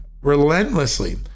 relentlessly